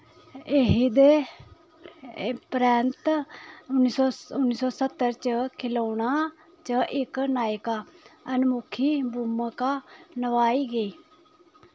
एह्दे परैंत्त उन्नी सौ उन्नी सौ सत्तर च खिलौना च इक नायका उन्मुखी भूमका नभाई गेई